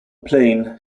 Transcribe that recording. plane